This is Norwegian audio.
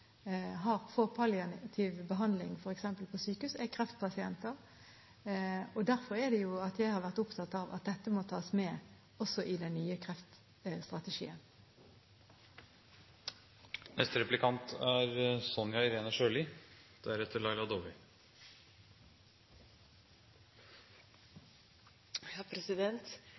palliativ behandling, f.eks. på sykehus, er kreftpasienter. Derfor er det jeg har vært opptatt av at dette må tas med også i den nye kreftstrategien. Høyre er